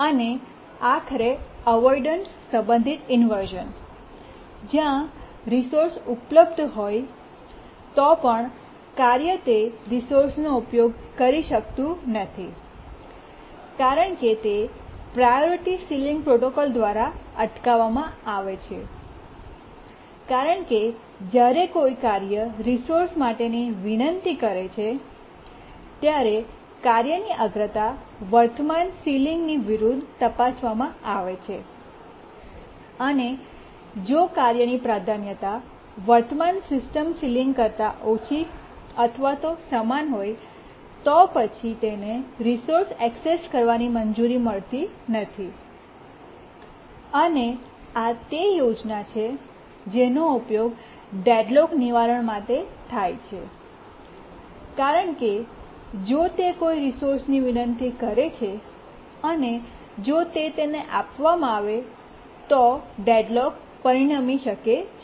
અને આખરે અવોઇડન્સ સંબંધિત ઇન્વર્શ઼ન જ્યાં રિસોર્સ ઉપલબ્ધ હોય તો પણ કાર્ય તે રિસોર્સનો ઉપયોગ કરી શકતું નથી કારણ કે તે પ્રાયોરિટી સીલીંગ પ્રોટોકોલ દ્વારા અટકાવવામાં આવે છે કારણ કે જ્યારે કોઈ કાર્ય રિસોર્સ માટેની વિનંતી કરે છે ત્યારે કાર્યની અગ્રતા વર્તમાન સીલીંગ વિરુદ્ધ તપાસવામાં આવે છે અને જો કાર્યોની પ્રાધાન્યતા વર્તમાન સિસ્ટમ સીલીંગ કરતા ઓછી અથવા સમાન હોય તો પછી તેને રિસોર્સ ઐક્સેસ કરવાની મંજૂરી મળતી નથી અને આ તે યોજના છે જેનો ઉપયોગ ડેડલોક નિવારણ માટે થાય છે કારણ કે જો તે કોઈ રિસોર્સની વિનંતી કરે છે અને જો તે તેને આપવામાં આવે છે તો તે ડેડલોક પરિણમી શકે છે